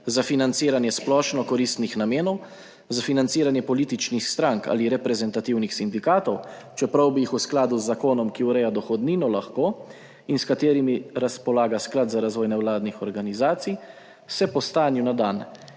za financiranje splošno koristnih namenov, za financiranje političnih strank ali reprezentativnih sindikatov, čeprav bi jih v skladu z zakonom, ki ureja dohodnino lahko, in s katerimi razpolaga Sklad za razvoj nevladnih organizacij, se po stanju na dan